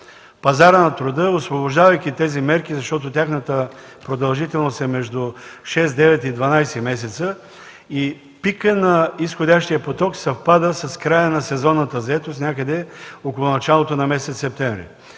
пазара на труда, освобождавайки тези мерки, защото тяхната продължителност е между 6, 9 и 12 месеца и пикът на изходящия поток съвпада с края на сезонната заетост, някъде около началото на месец септември.